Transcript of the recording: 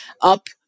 up